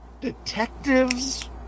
detectives